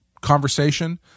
conversation